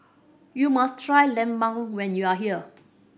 you must try lemang when you are here